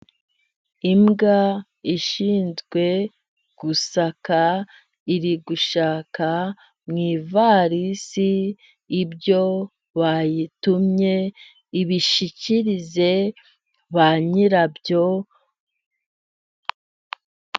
Imbwa ishinzwe gusaka， irigushaka mu ivarisi ibyo bayitumye， ngo ibishyikirize ba nyirabyo.